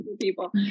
people